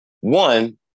One